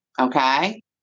okay